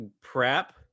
prep